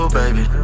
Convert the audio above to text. baby